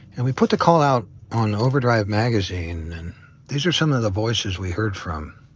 and we put the call out on overdrive magazine, and these are some of the voices we heard from